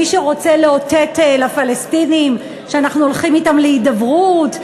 מי שרוצה לאותת לפלסטינים שאנחנו הולכים אתם להידברות,